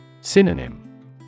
Synonym